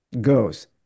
goes